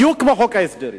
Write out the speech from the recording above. בדיוק כמו חוק ההסדרים.